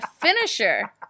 finisher